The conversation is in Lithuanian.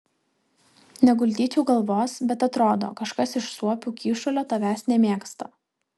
neguldyčiau galvos bet atrodo kažkas iš suopių kyšulio tavęs nemėgsta